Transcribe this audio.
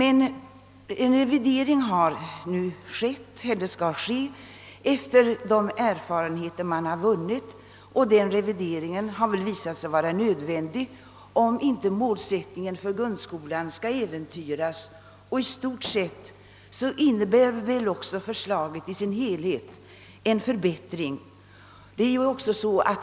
En revidering skall nu ske efter de erfarenheter man har vunnit, och den revideringen har väl visat sig vara nödvändig, om inte målsättningen för grundskolan skall äventyras, och i stort sett innebär väl förslaget i sin helhet en förbättring.